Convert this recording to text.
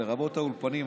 לרבות האולפנים,